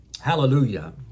Hallelujah